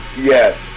yes